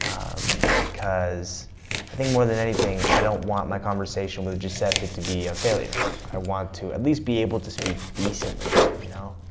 because i think, more than anything, i don't want my conversation with giuseppe to be a failure. i want to at least be able to speak decently, you know?